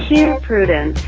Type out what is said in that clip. here, prudence,